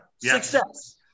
Success